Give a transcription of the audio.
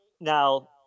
now